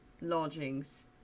lodgings